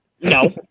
No